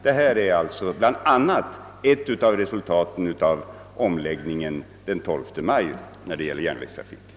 Detta är ett av de syften man önskat uppnå med omläggningen av järnvägstrafiken den 12 maj förra året.